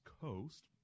Coast